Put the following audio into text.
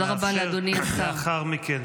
לאחר מכן,